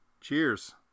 cheers